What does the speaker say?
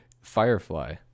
Firefly